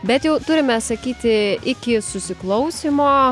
bet jau turime sakyti iki susiklausymo